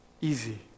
easy